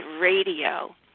radio